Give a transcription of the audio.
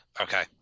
Okay